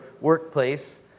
workplace